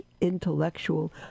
intellectual